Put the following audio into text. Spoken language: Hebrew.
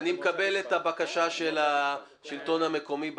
אני מקבל את הבקשה של השלטון המקומי בעניין.